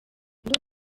niho